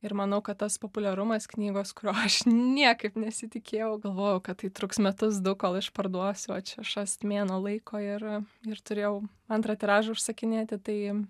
ir manau kad tas populiarumas knygos kurio aš niekaip nesitikėjau galvojau kad tai truks metus du kol išparduosiu o čia šast mėnuo laiko ir ir turėjau antrą tiražą užsakinėti tai